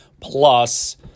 plus